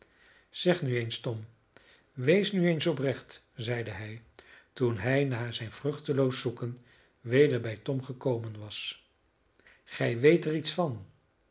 zeg nu eens tom wees nu eens oprecht zeide hij toen hij na zijn vruchteloos zoeken weder bij tom gekomen was gij weet er iets van